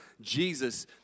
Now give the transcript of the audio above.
Jesus